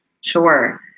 Sure